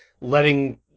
letting